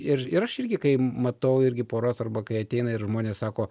ir ir aš irgi kaip matau irgi poras arba kai ateina ir žmonės sako